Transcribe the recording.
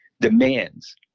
demands